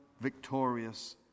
victorious